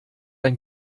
ein